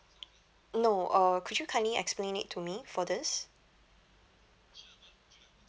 no uh could you kindly explain it to me for this